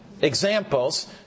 Examples